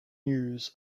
news